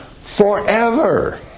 forever